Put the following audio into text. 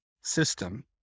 system